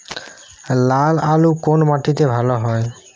লাল আলু কোন মাটিতে ভালো হয়?